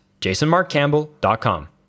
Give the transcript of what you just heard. jasonmarkcampbell.com